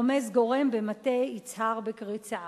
רומז גורם במטה יצהר בקריצה".